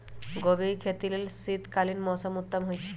गोभी के खेती लेल शीतकालीन मौसम उत्तम होइ छइ